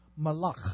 malach